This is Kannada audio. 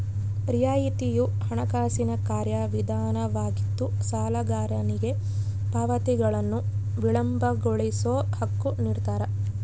ರಿಯಾಯಿತಿಯು ಹಣಕಾಸಿನ ಕಾರ್ಯವಿಧಾನವಾಗಿದ್ದು ಸಾಲಗಾರನಿಗೆ ಪಾವತಿಗಳನ್ನು ವಿಳಂಬಗೊಳಿಸೋ ಹಕ್ಕು ನಿಡ್ತಾರ